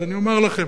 אז אני אומר לכם.